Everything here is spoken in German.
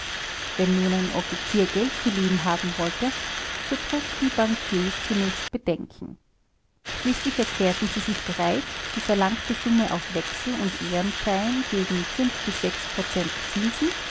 wenn nun ein offizier geld geliehen haben wollte so trugen die bankiers zunächst bedenken schließlich erklärten sie sich bereit die verlangte summe auf wechsel und ehrenschein gegen zinsen